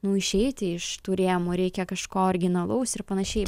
nu išeiti iš tų rėmų reikia kažko originalaus ir panašiai